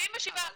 97%?